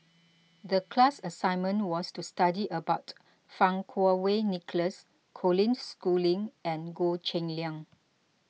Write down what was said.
the class assignment was to study about Fang Kuo Wei Nicholas Colin Schooling and Goh Cheng Liang